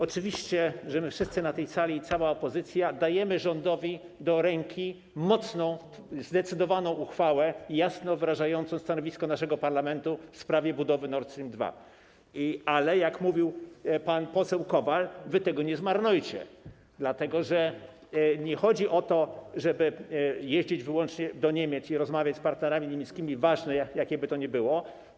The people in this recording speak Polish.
Oczywiście, że wszyscy na tej sali, cała opozycja, dajemy rządowi do ręki mocną i zdecydowaną uchwałę, jasno wyrażającą stanowisko naszego parlamentu w sprawie budowy Nord Stream 2, ale, jak mówił pan poseł Kowal, wy tego nie zmarnujcie, dlatego że nie chodzi o to, żeby jeździć wyłącznie do Niemiec i rozmawiać z partnerami niemieckimi, jakkolwiek by to było ważne.